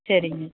சரிங்க